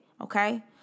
Okay